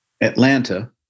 Atlanta